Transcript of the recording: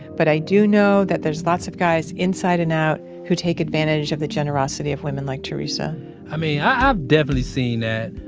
but i do know that there's lots of guys inside and out who take advantage of the generosity of women like theresa i mean, i've definitely seen that.